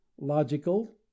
logical